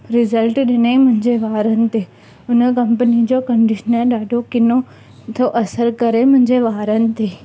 result ॾिनईं मुंहिंजे वारनि ते उन कंपनी जो कंडिशनर ॾाढो किनो थो असर करे मुंहिंजे वारनि ते